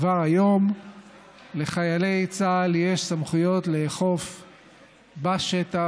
כבר כיום לחיילי צה"ל יש סמכויות לאכוף בשטח